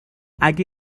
اگه